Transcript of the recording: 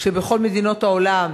כשבכל מדינות העולם,